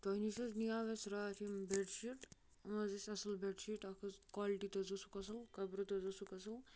تۄہہِ نِش حظ نِیو اَسہِ راتھ یِم بٮ۪ڈ شیٖٹ یِم حظ ٲسۍ اَصٕل بٮ۪ڈ شیٖٹ اَکھ اوس کالٹی تہِ حظ اوسُکھ اَصٕل کَپُرٕ تہِ حظ اوسُکھ اَصٕل